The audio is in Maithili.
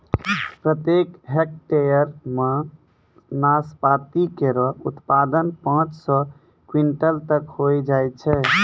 प्रत्येक हेक्टेयर म नाशपाती केरो उत्पादन पांच सौ क्विंटल तक होय जाय छै